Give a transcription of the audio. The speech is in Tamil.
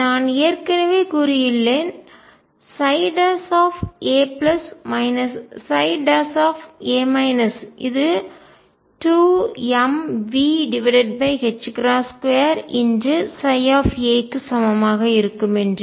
எனவே நான் ஏற்கனவே கூறியுள்ளேன் a ψ இது 2mV2ψ க்கு சமமாக இருக்கும் என்று